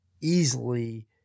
easily